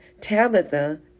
Tabitha